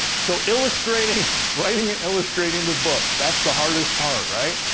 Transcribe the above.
so illustrating writing and illustrating the book. that's the hardest part, right?